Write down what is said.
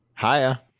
Hiya